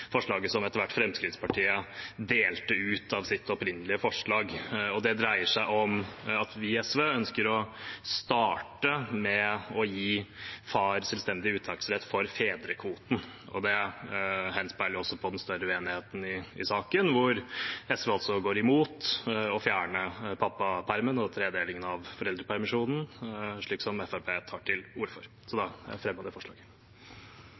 forslaget SV har lagt inn, og det forslaget som Fremskrittspartiet etter hvert delte ut av sitt opprinnelige forslag. Det dreier seg om at vi i SV ønsker å starte med å gi far selvstendig uttaksrett tilsvarende fedrekvoten. Det gjenspeiler også den større uenigheten i saken, hvor SV går imot å fjerne pappapermen og tredelingen av foreldrepermisjonen, slik Fremskrittspartiet tar til orde for. – Så da